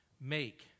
make